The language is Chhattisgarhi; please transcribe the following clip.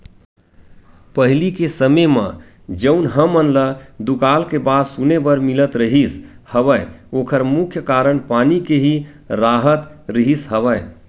पहिली के समे म जउन हमन ल दुकाल के बात सुने बर मिलत रिहिस हवय ओखर मुख्य कारन पानी के ही राहत रिहिस हवय